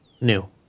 new